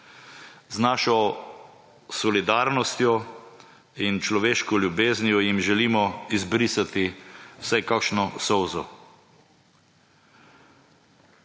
Z našo solidarnostjo in človeško ljubeznijo jim želimo izbrisati vsaj kakšno solzo.